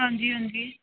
ਹਾਂਜੀ ਹਾਂਜੀ